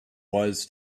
was